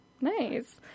Nice